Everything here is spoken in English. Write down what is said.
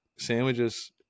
sandwiches